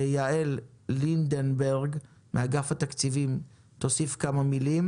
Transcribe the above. יעל לינדנברג מאגף התקציבים תוסיף כמה מילים